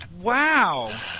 Wow